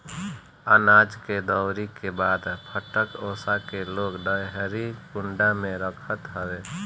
अनाज के दवरी के बाद फटक ओसा के लोग डेहरी कुंडा में रखत हवे